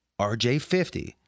RJ50